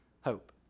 hope